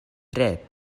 tre